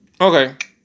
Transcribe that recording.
Okay